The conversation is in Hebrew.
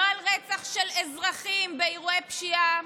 לא על רצח של אזרחים באירועי פשיעה,